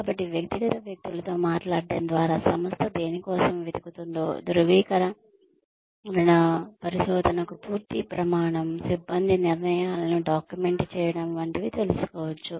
కాబట్టి వ్యక్తిగత వ్యక్తులతో మాట్లాడటం ద్వారా సంస్థ దేని కోసం వెతుకుతుందో ధ్రువీకరణ పరిశోధనకు పూర్తి ప్రమాణం సిబ్బంది నిర్ణయాలను డాక్యుమెంట్ చేయడం వంటివి తెలుసుకోవచ్చు